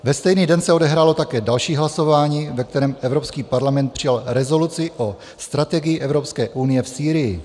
Ve stejný den se odehrálo také další hlasování, ve kterém Evropský parlament přijal rezoluci o strategii Evropské unie v Sýrii.